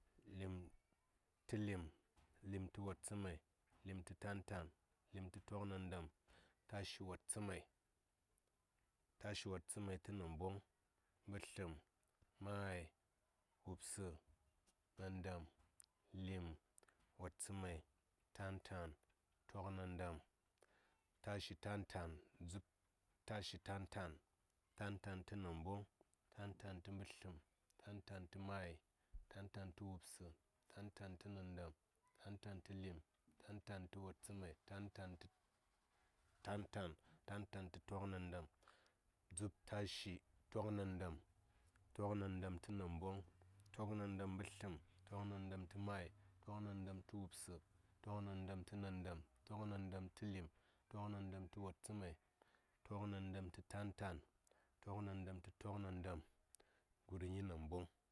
lim tə lim, limtə wattsəmai, lim tə tan tan, lim tə toknandam, tashi wattsamai, tashi wattsəmai tə namboŋ, tə mbətləm, təmai, tə wubsə, tə nandam, təlim, tə wattsəmai, tə tan tan, tə toknandam, tahi tan tan, tan tan tənamboŋ, tan tan tə mbətlam, tan tan tə mai, tan tan tə wubsə, tan tan tənandam, tan tan tə lim, tan tan tə wattsəmai, tan tan tə tan tan, tan tan tə toknandam, dzub tashi toknandam, toknandamtə namboŋ, toknandam tə mbətləm, toknandam təmai, toknandam tə wubsə, toknandam tə nandam, toknandam tə lim, toknandam təlim, toknandam tə wattsəmai, toknandam tə tan tan, toknandam tə toknandam, gur nyi namboŋ.